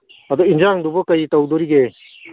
ꯑꯗꯨ ꯑꯦꯟꯁꯥꯡꯗꯨꯕꯨ ꯀꯔꯤ ꯇꯧꯗꯣꯔꯤꯒꯦ